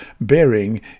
bearing